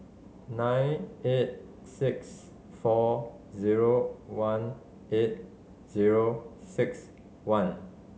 nine eight six four zero one eight zero six one